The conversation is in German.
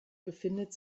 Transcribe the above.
befindet